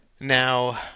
Now